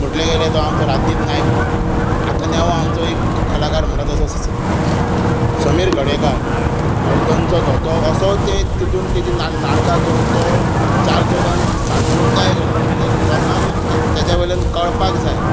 म्हटले गेले जाल्यार तो आमचो राजदिप नायक म्हण आता नवो आमचो कलाकार म्हणटा तो समीर गडेकार हाळडणचो तो तो असो एक तातूंत नाटकां करून तो चार चौगांत जागृताय करता म्हणजे तो लोकांक ताज्या वयल्यान कळपाक जाय